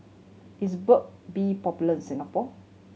is Burt Bee popular in Singapore